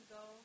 go